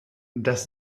das